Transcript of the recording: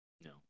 No